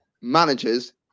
managers